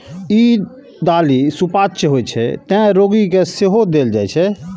ई दालि सुपाच्य होइ छै, तें रोगी कें सेहो देल जाइ छै